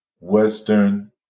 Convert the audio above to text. Western